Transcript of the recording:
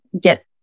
get